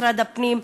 משרד הפנים,